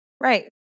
right